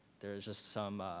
there's just some,